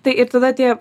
tai ir tada tie